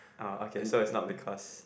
orh okay so it's not because